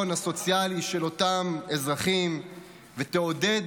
הביטחון הסוציאלי של אותם אזרחים ותעודד